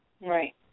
Right